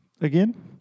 Again